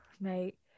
mate